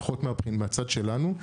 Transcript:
לפחות מהצד שלנו.